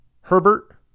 Herbert